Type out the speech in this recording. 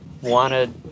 wanted